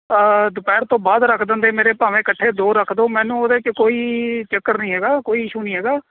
ਦੁਪਹਿਰ ਤੋਂ ਬਾਅਦ ਰੱਖ ਦਿੰਦੇ ਮੇਰੇ ਭਾਵੇਂ ਇਕੱਠੇ ਦੋ ਰੱਖ ਦਿਉ ਮੈਨੂੰ ਉਹਦੇ 'ਚ ਕੋਈ ਚੱਕਰ ਨਹੀਂ ਹੈਗਾ ਕੋਈ ਇਸ਼ੂ ਨਹੀਂ ਹੈਗਾ